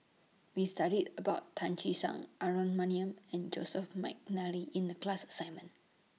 We studied about Tan Che Sang Aaron Maniam and Joseph Mcnally in The class assignment